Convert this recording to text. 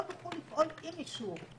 לא תוכלו לפעול עם אישור.